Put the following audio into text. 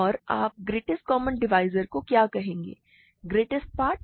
और आप greatest common divisor को क्या कहेंगे ग्रेटेस्ट पार्ट